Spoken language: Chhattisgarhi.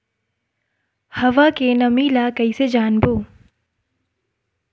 हवा के नमी ल कइसे जानबो?